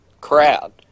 crowd